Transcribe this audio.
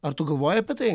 ar tu galvoji apie tai